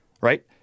right